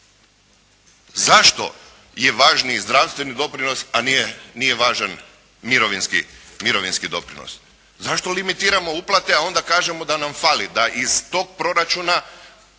Zašto je važniji zdravstveni doprinos, a nije važan mirovinski doprinos? Zašto limitiramo uplate, a onda kažemo da nam fali, da iz tog proračuna